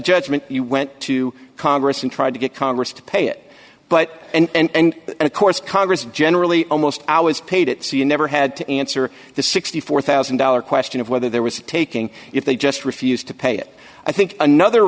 judgment you went to congress and tried to get congress to pay it but and of course congress generally almost always paid it so you never had to answer the sixty four thousand dollars question of whether there was taking if they just refused to pay it i think another